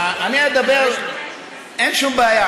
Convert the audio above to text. אין שום בעיה,